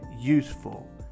useful